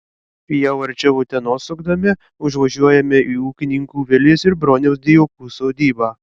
jau arčiau utenos sukdami užvažiuojame į ūkininkų vilės ir broniaus dijokų sodybą